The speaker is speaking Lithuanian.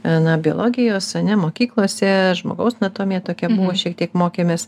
na biologijos ane mokyklose žmogaus anatomija tokia buvo šiek tiek mokėmės